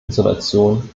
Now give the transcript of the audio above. isolation